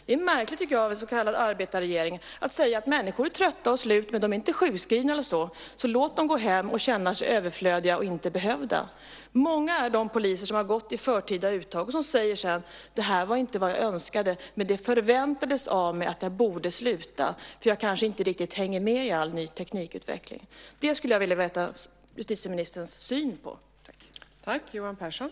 Det är märkligt, tycker jag, av en så kallad arbetarregering att säga att människor är trötta och slut, men de är inte sjukskrivna eller så, så låt dem gå hem och känna sig överflödiga och inte behövda. Många är de poliser som har gått i förtid och som sedan säger: Det här var inte vad jag önskade. Men det förväntades av mig att jag borde sluta, för jag kanske inte riktigt hänger med i all teknikutveckling. Jag skulle vilja veta justitieministerns syn på det.